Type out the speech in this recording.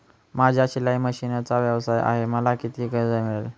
माझा शिलाई मशिनचा व्यवसाय आहे मला किती कर्ज मिळेल?